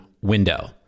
window